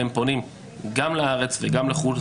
הן פונות גם לארץ וגם לחו"ל,